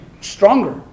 stronger